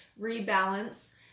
rebalance